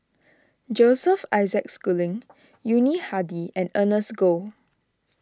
Joseph Isaac Schooling Yuni Hadi and Ernest Goh